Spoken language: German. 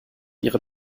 ihre